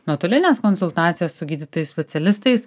nuotolines konsultacijas su gydytojais specialistais